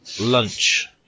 lunch